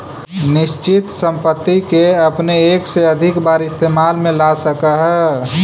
निश्चित संपत्ति के अपने एक से अधिक बार इस्तेमाल में ला सकऽ हऽ